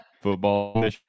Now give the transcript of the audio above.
football